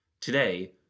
Today